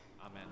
Amen